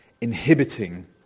inhibiting